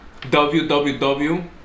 www